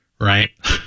Right